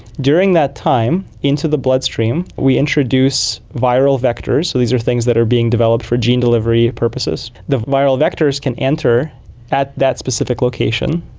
during that time into the bloodstream we introduce viral vectors, so these are things that are being developed for gene delivery purposes. the viral vectors can enter at that specific location,